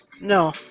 No